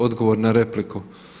Odgovor na repliku.